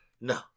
No